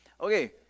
okay